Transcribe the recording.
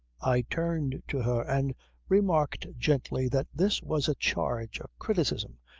i turned to her and remarked gently that this was a charge, a criticism,